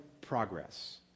progress